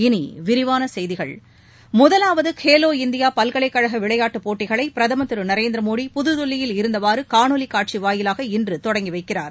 இனி விரிவான செய்திகள் முதலாவது கேலோ இந்தியா பல்கலைக்கழக விளையாட்டுப்போட்டிகளை பிரதமர் திரு நரேந்திர மோடி புதுதில்லியில் இருந்தவாறு காணொலி காட்சி வாயிலாக இன்று தொடங்கி வைக்கிறார்